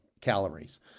calories